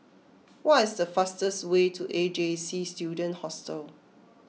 what is the fastest way to A J C Student Hostel